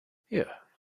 here